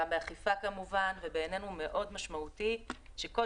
כמובן גם באכיפה ובעינינו מאוד משמעותי שכל